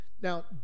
Now